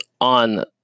on